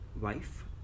wife